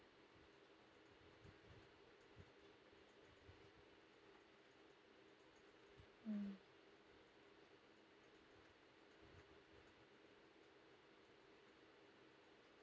mm